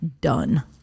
Done